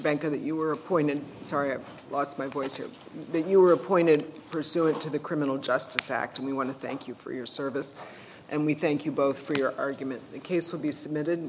banker that you were appointed sorry i've lost my voice here you were appointed pursuant to the criminal justice act we want to thank you for your service and we thank you both for your argument the case will be submitted